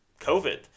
covid